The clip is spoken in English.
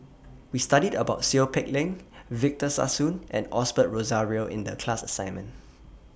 We studied about Seow Peck Leng Victor Sassoon and Osbert Rozario in The class assignment